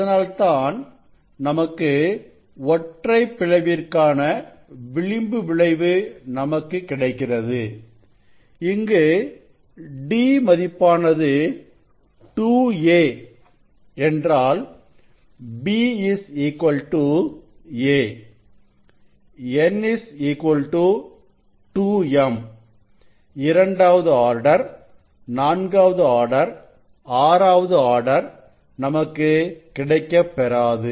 அதனால்தான் நமக்கு ஒற்றைப் பிளவிற்கான விளிம்பு விளைவு நமக்கு கிடைக்கிறது இங்கு d மதிப்பானது 2a என்றால் b a n 2m இரண்டாவது ஆர்டர் நான்காவது ஆர்டர் ஆறாவது ஆர்டர் நமக்கு கிடைக்கப் பெறாது